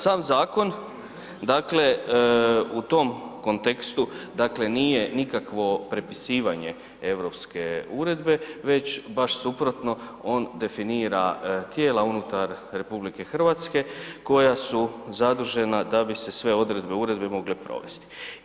Sam zakona dakle, u tom kontekstu, dakle nije nikakvo prepisivanje europske uredbe, već baš suprotno, on definira tijela unutar RH koja su zadužena da bi se sve odredbe uredbe mogle provesti.